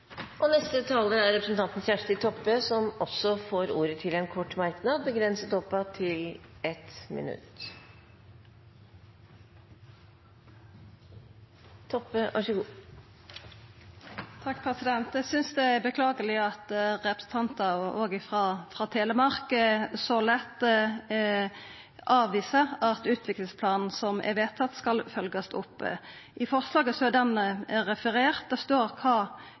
Representanten Kjersti Toppe har hatt ordet to ganger og får ordet til en kort merknad, begrenset til 1 minutt. Eg synest det er beklageleg at òg representantar frå Telemark så lett avviser at utviklingsplanen som er vedtatt, skal følgjast opp. I forslaget er han referert – det står kva